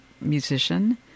musician